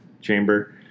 chamber